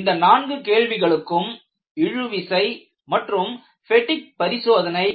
இந்த நான்கு கேள்விகளுக்கும் இழுவிசை மற்றும் பெடிக் பரிசோதனை